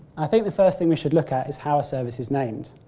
i think the first thing we should look at is how a service is named.